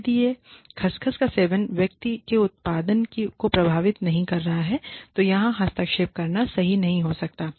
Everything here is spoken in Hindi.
यदि यह खस खस का सेवन व्यक्ति के उत्पादन को प्रभावित नहीं कर रहा है तो यहां हस्तक्षेप करना सही नहीं हो सकता है